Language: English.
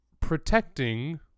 protecting